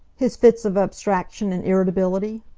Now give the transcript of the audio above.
his fits of abstraction and irritability?